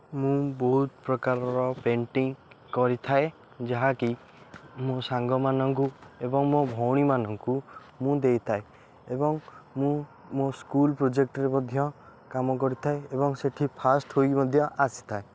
ମୁଁ ବହୁତ ପ୍ରକାରର ପେଣ୍ଟିଂ କରିଥାଏ ଯାହାକି ମୋ ସାଙ୍ଗମାନଙ୍କୁ ଏବଂ ମୋ ଭଉଣୀମାନଙ୍କୁ ମୁଁ ଦେଇଥାଏ ଏବଂ ମୁଁ ମୋ ସ୍କୁଲ୍ ପ୍ରୋଜେକ୍ଟ୍ରେ ମଧ୍ୟ କାମ କରିଥାଏ ଏବଂ ସେଇଠି ଫାଷ୍ଟ୍ ହୋଇ ମଧ୍ୟ ଆସିଥାଏ